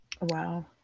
Wow